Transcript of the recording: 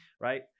right